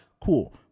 Cool